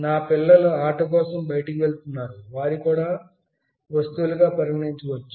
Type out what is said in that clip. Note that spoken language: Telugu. నా పిల్లలు ఆట కోసం బయటికి వెళుతున్నారు వారిని కూడా వస్తువులుగా పరిగణించవచ్చు